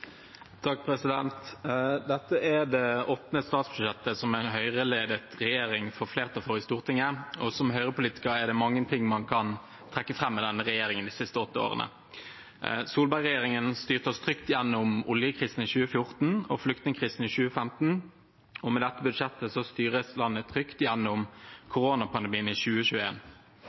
Dette er det åttende statsbudsjettet som en Høyre-ledet regjering får flertall for i Stortinget. Som høyrepolitiker er det mange ting man kan trekke fram med denne regjeringen de siste åtte årene. Solberg-regjeringen styrte oss trygt gjennom oljekrisen i 2014 og flyktningkrisen i 2015, og med dette budsjettet styres landet trygt gjennom koronapandemien i